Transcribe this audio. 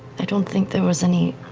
i don't think there was any